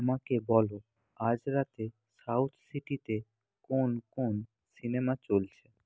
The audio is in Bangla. আমাকে বলো আজ রাতে সাউথসিটিতে কোন কোন সিনেমা চলছে